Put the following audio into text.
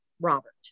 Robert